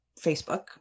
Facebook